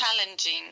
challenging